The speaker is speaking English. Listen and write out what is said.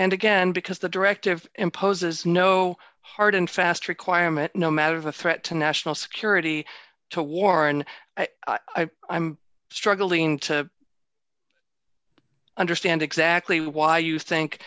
and again because the directive imposes no hard and fast requirement no matter of a threat to national security to warn i'm struggling to understand exactly why you think